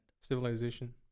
Civilization